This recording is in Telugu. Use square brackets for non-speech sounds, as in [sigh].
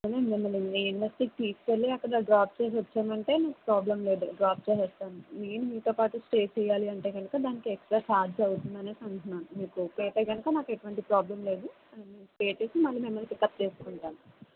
ఏమండి మిమ్మల్ని మీ [unintelligible] తీసుకెళ్ళి అక్కడ డ్రాప్ చేసి వచ్చామంటే మాకు ప్రాబ్లమ్ లేదు డ్రాప్ చేసేస్తాం మేము మీతో పాటు స్టే చేయాలి అంటే కనుక దానికి ఎక్స్ట్రా ఛార్జ్ అవుతుంది అనేసి అంటున్నాను మీకు ఓకే అయితే కనుక నాకు ఎటువంటి ప్రాబ్లెమ్ లేదు వచ్చేసి మిమ్మల్ని మళ్ళి పిక్ అప్ చేసుకుంటాం